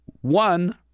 one